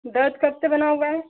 दर्द कब से बना हुआ है